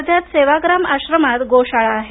वर्ध्यात सेवाग्राम आश्रमात गो शाळा आहे